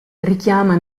richiama